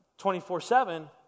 24-7